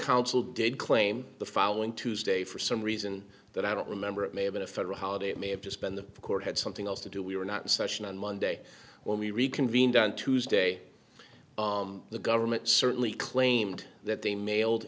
counsel did claim the following tuesday for some reason that i don't remember it may have been a federal holiday it may have just been the court had something else to do we were not session on monday when we reconvened on tuesday the government certainly claimed that they mailed